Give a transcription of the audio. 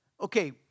okay